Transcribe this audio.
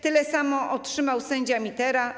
Tyle samo otrzymał sędzia Mitera.